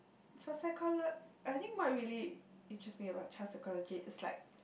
so psycholo~ I think what really interests me about child psychology is like